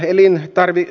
kannatan